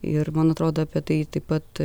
ir man atrodo apie tai taip pat